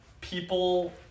people